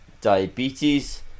diabetes